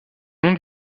nom